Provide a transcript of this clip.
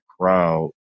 crowd